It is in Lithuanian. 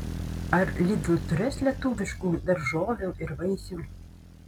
ar lidl turės lietuviškų daržovių ir vaisių